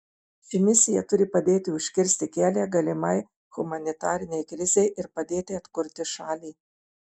ši misija turi padėti užkirsti kelią galimai humanitarinei krizei ir padėti atkurti šalį